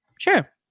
Sure